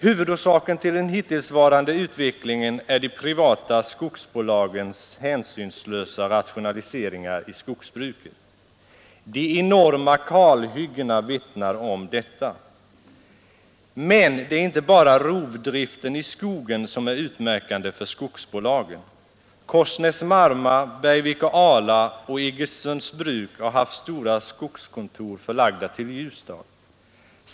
Huvudorsaken till den hittillsvarande utvecklingen är de privata skogsbolagens hänsynslösa rationaliseringar av skogsbruket. De enorma kalhyggena vittnar härom. Men det är inte bara rovdriften i skogen som är utmärkande för skogsbolagen. Korsnäs-Marma, Bergvik och Ala och Iggesunds bruk har haft stora skogskontor förlagda till Ljusdal.